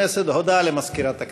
הודעה למזכירת הכנסת.